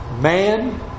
Man